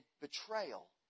betrayal